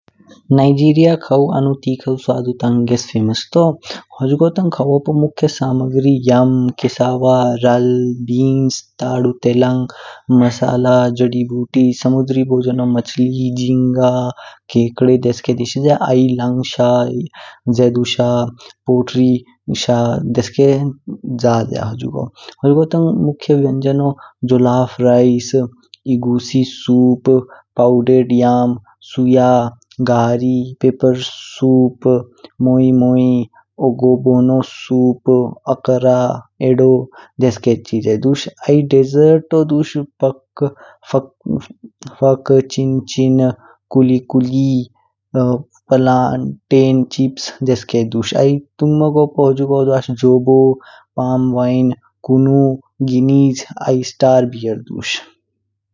निगेराऊ ख्वाऊ आनू तीखा स्वादु टाँगेस्स फेमस तू। हुझुगो तंग खवू पू मखय सामग्री याम, खेसावा, राल, बीनस, टाडू तेलंग, मसाला, जड़ी-बूटी। स्मुंद्री बोझनो मछली, जिंगा, केकड़े देसके डिशिज्य। आई लाांग शा, जेडू शा, पोट्री शा देसके जाज्य। हुझुगो तंग मुख्य व्यंजनो jollof rice, egusi soup, powder डीयाम, सुयाम गरी, पेपर सूप, मोई मोई, अगोमोनो सूप, अक्रा, अदू देसके चिजे दुश। आई देशर्तो दुश पक्क पक्का चिन चिन कुली कुली, पलंटेन चिजे देसके दुश। आई तुंगमगपू हुझुगो द्वा जोबो, पम वाइन, कुनु, जेनिज आई स्टार बियर दुश।